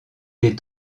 est